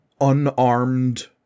unarmed